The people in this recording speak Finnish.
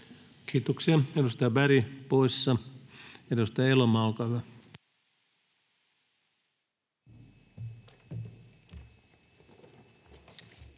Kiitoksia. — Edustaja Berg poissa. — Edustaja Elomaa, olkaa hyvä.